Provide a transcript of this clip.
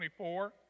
24